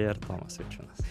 ir tomas vaičiūnas